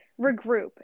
regroup